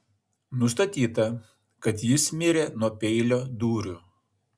nustatyta kad jis mirė nuo peilio dūrių